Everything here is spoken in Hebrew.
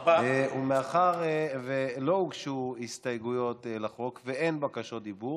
מאחר שלא הוגשו הסתייגויות לחוק ואין בקשות דיבור,